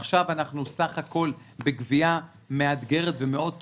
עכשיו אנחנו בסך הכל בגבייה מאתגרת ומאוד טובה.